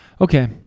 Okay